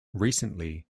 recently